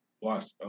watch